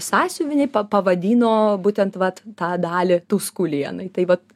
sąsiuvinį pa pavadino būtent vat tą dalį tuskulienai tai va